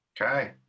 Okay